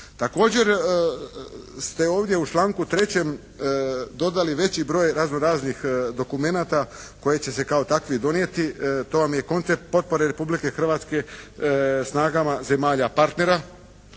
Također ste ovdje u članku 3. dodali veći broj razno-raznih dokumenata koji će se kao takvi donijeti. To vam je koncept potpore Republike Hrvatske snagama zemalja partnera.